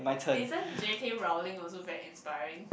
isn't J_K-Rowling also very inspiring